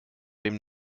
dem